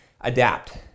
adapt